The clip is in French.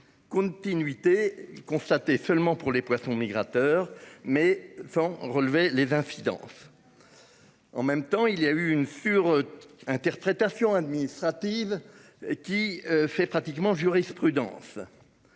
continuité. Seulement pour les poissons migrateurs mais enfin, relever les 20 Fidan. En même temps il y a eu une sur-interprétation administrative qui fait pratiquement jurisprudence.